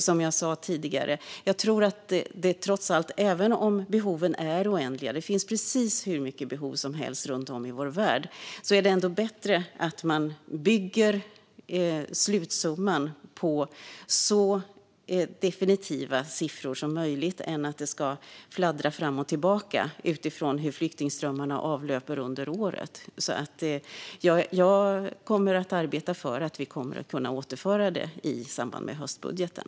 Som jag sa tidigare tror jag att även om behoven är oändliga - det finns precis hur mycket behov som helst runt om i vår värld - är det bättre att bygga slutsumman på så definitiva siffror som möjligt än att låta det hela fladdra fram och tillbaka utifrån hur flyktingströmmarna avlöper under året. Jag kommer att arbeta för att vi kommer att kunna återföra detta i samband med höstbudgeten.